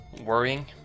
worrying